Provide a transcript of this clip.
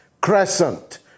crescent